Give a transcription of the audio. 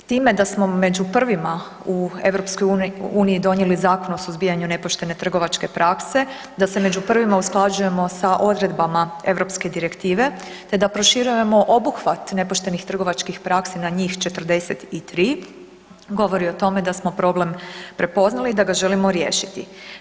Time da smo među prvima u EU donijeli Zakon o suzbijanju nepoštene trgovačke prakse, da se među prvima usklađujemo sa odredbama europske direktive te da proširujemo obuhvat nepoštenih trovačkih praksi na njih 43, govori o tome da smo problem prepoznali i da ga želimo riješiti.